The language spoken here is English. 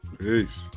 peace